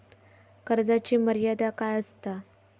कर्जाची मर्यादा काय असता?